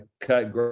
cut